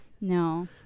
No